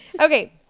Okay